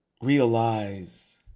realize